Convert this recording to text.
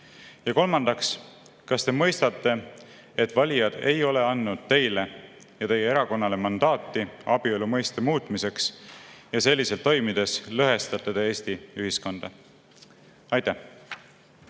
Kolmandaks, kas te mõistate, et valijad ei ole andnud teile ja teie erakonnale mandaati abielu mõiste muutmiseks ja selliselt toimides lõhestate te Eesti ühiskonda? Aitäh!